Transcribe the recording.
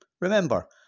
Remember